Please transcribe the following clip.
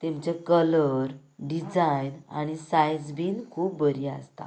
तेंचे colour design आनी size बी खूब बरी आसता